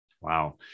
Wow